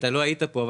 אתה לא היית פה,